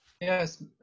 Yes